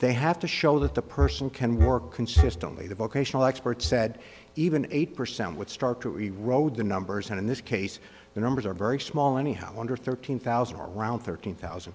they have to show that the person can more consistently the vocational expert said even eight percent would start to erode the numbers and in this case the numbers are very small anyhow under thirteen thousand or around thirteen thousand